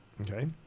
Okay